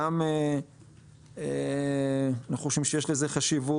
גם אנחנו חושבים שיש לזה חשיבות.